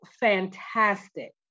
fantastic